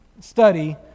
study